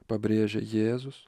pabrėžia jėzus